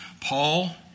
Paul